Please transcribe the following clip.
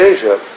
Asia